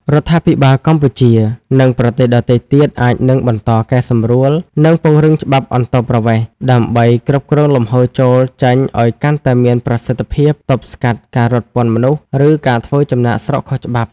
រដ្ឋាភិបាលកម្ពុជា និងប្រទេសដទៃទៀតអាចនឹងបន្តកែសម្រួល និងពង្រឹងច្បាប់អន្តោប្រវេសន៍ ដើម្បីគ្រប់គ្រងលំហូរចូល-ចេញឱ្យកាន់តែមានប្រសិទ្ធភាព ទប់ស្កាត់ការរត់ពន្ធមនុស្ស ឬការធ្វើចំណាកស្រុកខុសច្បាប់។